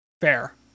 Fair